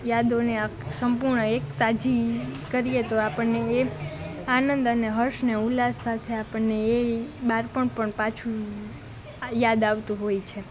યાદોને આ સંપૂર્ણ એક તાજી કરીએ તો આપણને એ આનંદ અને હર્ષ ને ઉલ્લાસ સાથે આપણને એ બાળપણ પણ પાછું યાદ આવતું હોય છે